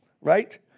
right